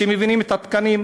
שמבינים את התקנים.